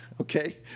Okay